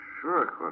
sure